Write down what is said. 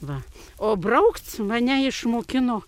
va o braukc mane išmokino